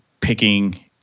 picking